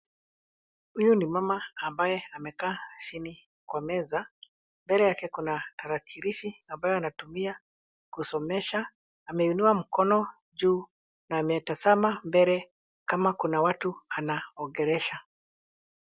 Huyu ni mama ambaye amekaa chini kwa meza. Mbele yake kuna tarakilishi ambayo anatumia kusomesha. Ameinua mkono juu na ametazama mbele kama kuna watu anaongelesha.